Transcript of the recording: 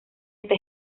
esta